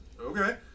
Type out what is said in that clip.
Okay